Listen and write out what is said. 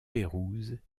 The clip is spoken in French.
pérouse